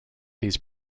these